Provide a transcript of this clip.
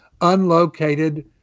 unlocated